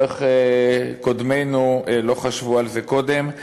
או איך קודמינו לא חשבו על זה קודם.